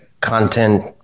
content